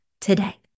today